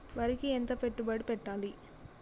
వరికి ఎంత పెట్టుబడి పెట్టాలి?